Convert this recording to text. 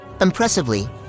Impressively